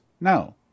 no